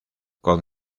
con